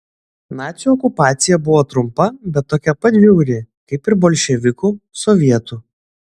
nacių okupacija buvo trumpa bet tokia pat žiauri kaip ir bolševikų sovietų